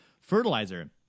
fertilizer